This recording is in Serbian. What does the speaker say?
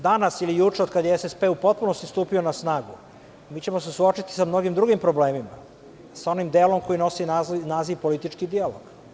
Danas ili juče otkad je SSP u potpunosti stupio na snagu mi ćemo se suočiti sa mnogim drugim problemima, sa onim delom koji nosi naziv – politički dijalog.